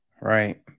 right